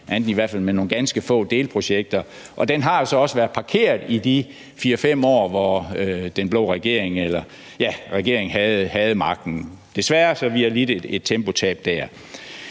ikke med andet end nogle ganske få delprojekter. Og den har så også været parkeret i de 4-5 år, hvor den blå regering havde magten, desværre, så vi har lidt et tempotab dér.